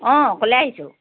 অঁ অকলে আহিছোঁ